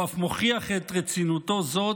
והוא אף מוכיח את רצינותו זו,